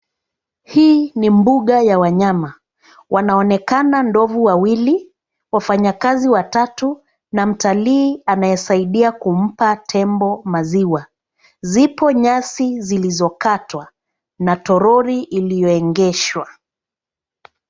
Hii ni mbuga ya wanyama, wanaonekana ndovu wawili, wafanyakazi watatu na mtalii anayesaidia kumpa tembo maziwa. Zipo nyasi zilizokatwa na toroli iliyoegeshwa.